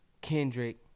Kendrick